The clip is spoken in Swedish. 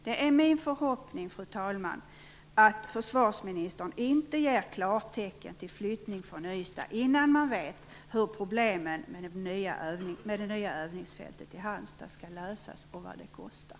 Det är min förhoppning, fru talman, att försvarsministern inte ger klartecken till flyttning från Ystad innan man vet hur problemen med det nya övningsfältet i Halmstad skall lösas och vad det kostar.